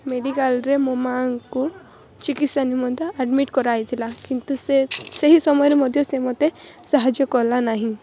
ମେଡ଼ିକାଲରେ ମୋ ମାଆଙ୍କୁ ଚିକତ୍ସା ନିମନ୍ତେ ଆଡ଼୍ମିଟ୍ କରାଯାଇଥିଲା କିନ୍ତୁ ସେ ସେହି ସମୟରେ ମଧ୍ୟ ସେ ମୋତେ ସାହାଯ୍ୟ କଲା ନାହିଁ